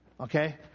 Okay